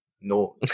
No